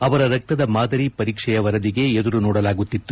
ಅವರ ರಕ್ತದ ಮಾದರಿ ಪರೀಕ್ಷೆಯ ವರದಿಗೆ ಎದುರು ನೋಡಲಾಗುತ್ತಿತ್ತು